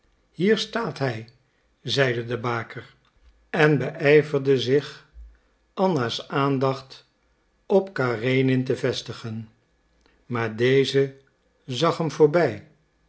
hier staat hij zeide de baker en beijverde zich anna's aandacht op karenin te vestigen maar deze zag hem voorbij